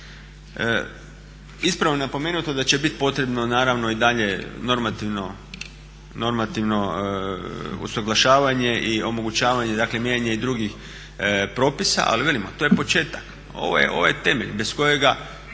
Isprva je napomenuto da će biti potrebno naravno i dalje normativno usuglašavanje i omogućavanje, dakle mijenjanje i drugih propisa ali velimo to je početak, ovo je temelj bez kojega